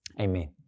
Amen